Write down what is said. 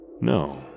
no